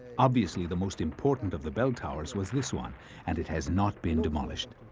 obviously the most important of the bell towers was this one and it has not been demolished.